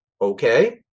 Okay